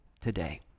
today